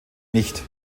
nicht